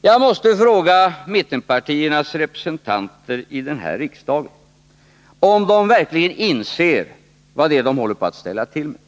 Jag måste fråga mittenpartiernas representanter i riksdagen om de verkligen inser vad det är de håller på att ställa till med.